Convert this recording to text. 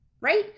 right